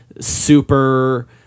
super –